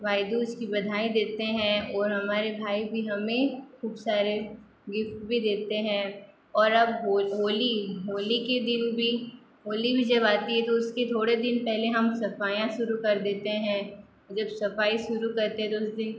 भाई दूज की बधाई देते हैं ओर हमारे भाई भी हमें खूब सारे गिफ़्ट भी देते हैं और अब होली होली के दिन भी होली भी जब आती है उसके थोड़े दिन पहले हम सफ़ाइयाँ शुरू कर देते हैं जब सफ़ाई शुरू करते हैं तो उस दिन